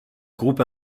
groupe